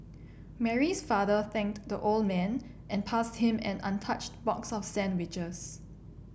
Mary's father thanked the old man and passed him an untouched box of sandwiches